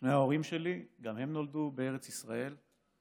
שני ההורים שלי גם הם נולדו בארץ ישראל,